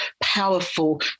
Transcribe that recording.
powerful